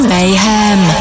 Mayhem